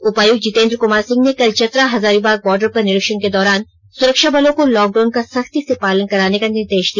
उपायुक्त जितेंद्र कुमार सिंह ने कल चतरा हजारीबाग बॉर्डर पर निरीक्षण के दौरान सुरक्षाबलों को लॉकडाउन का सख्ती से पालन कराने का निर्देश दिया